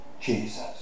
Jesus